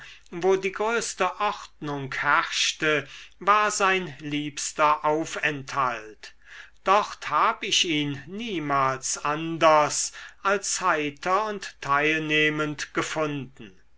wo die größte ordnung herrschte war sein liebster aufenthalt dort hab ich ihn niemals anders als heiter und teilnehmend gefunden